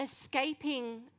escaping